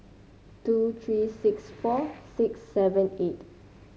two three six four six seven eight